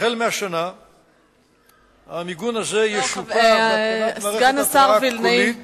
מהשנה המיגון הזה ישופר בהתקנת מערכת התרעה קולית